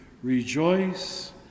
Rejoice